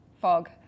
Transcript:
fog